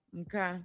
okay